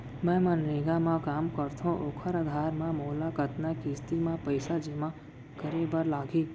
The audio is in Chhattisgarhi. मैं मनरेगा म काम करथो, ओखर आधार म मोला कतना किस्ती म पइसा जेमा करे बर लागही?